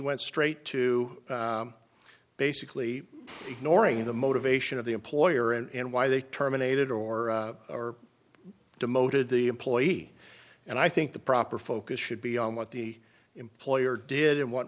went straight to basically ignoring the motivation of the employer and why they terminated or demoted the employee and i think the proper focus should be on what the employer did and what